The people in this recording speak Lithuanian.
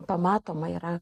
pamatoma yra